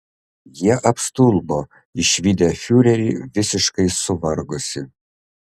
jie apstulbo išvydę fiurerį visiškai suvargusį